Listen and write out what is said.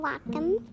Welcome